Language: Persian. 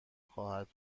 خواهد